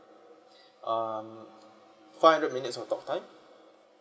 um five hundred minutes of talk time